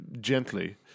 gently